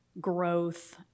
growth